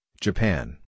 Japan